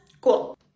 Cool